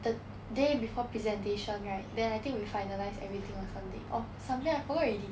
the day before presentation right then I think we finalise everything or something or something I forgot already